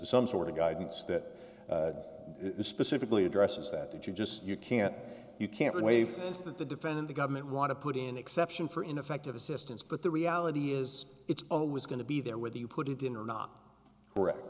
some sort of guidance that specifically addresses that that you just you can't you can't waste that the defendant the government want to put in an exception for ineffective assistance but the reality is it's always going to be there whether you put it in or not correct